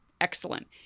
Excellent